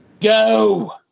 Go